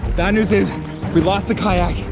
bad news is we lost the kayak.